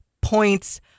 points